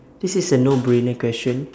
this is a no-brainer question